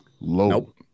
Nope